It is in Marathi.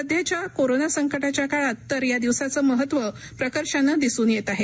सध्याच्या कोरोना संकाच्या काळात तर या दिवसाचं महत्त्व प्रकर्षानं दिसून येत आहे